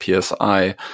PSI